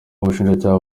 ubushinjacyaha